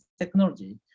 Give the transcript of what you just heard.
technology